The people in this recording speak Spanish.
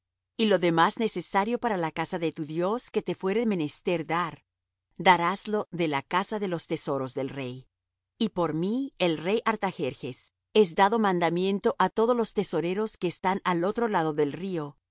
y lo demás necesario para la casa de tu dios que te fuere menester dar daráslo de la casa de los tesoros del rey y por mí el rey artajerjes es dado mandamiento á todos los tesoreros que están al otro lado del río